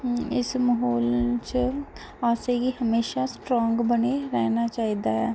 इस म्हौल च असेंगी हमेशा स्ट्रांग बने रहना चाहिदा ऐ